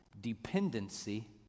dependency